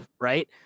Right